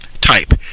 type